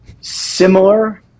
similar